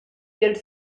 quels